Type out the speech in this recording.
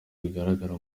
bigaragara